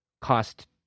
cost